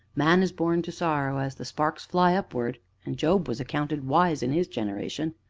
man is born to sorrow as the sparks fly upward and job was accounted wise in his generation.